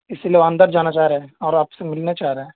اس لیے وہ اندر جانا چاہ رہے ہیں اور آپ سے ملنا چاہ رہے ہیں